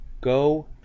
go